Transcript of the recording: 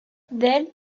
del